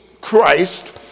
Christ